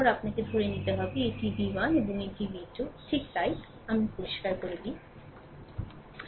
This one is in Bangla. তারপরে আপনাকে ধরে নিতে হবে এটি ভি 1 এবং এটি ভি 2 ঠিক তাই আমাকে এটি পরিষ্কার করতে দিন